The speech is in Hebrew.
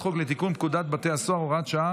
(הארכת תקופות),